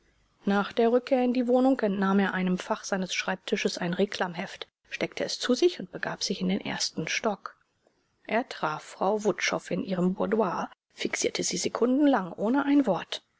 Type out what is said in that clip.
nach der rückkehr in die wohnung entnahm er einem fach seines schreibtisches ein reclam heft steckte es zu sich und begab sich in den ersten stock er traf frau wutschow in ihrem boudoir fixierte sie sekundenlang ohne ein wort